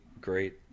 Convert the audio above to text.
great